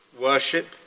worship